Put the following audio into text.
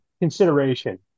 consideration